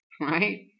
right